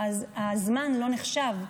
אז הזמן לא נחשב.